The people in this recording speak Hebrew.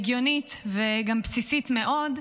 הגיונית וגם בסיסית מאוד,